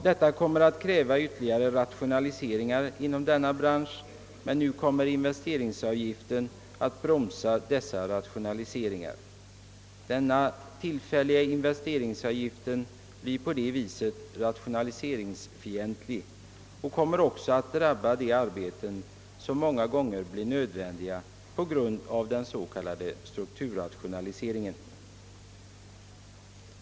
Detta kommer att kräva ytterligare rationaliseringar inom =<verkstadsbranschen, men nu kommer investeringsavgiften att bromsa dessa rationaliseringar. Den tillfälliga investeringsavgiften blir på det viset rationaliseringsfientlig och kommer också att drabba de arbeten som många gånger blir nödvändiga på grund av den s.k. strukturrationaliseringen.